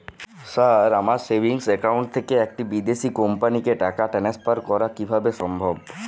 Sir আমার savings account থেকে একটি বিদেশি কোম্পানিকে টাকা ট্রান্সফার করা কীভাবে সম্ভব?